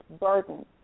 burden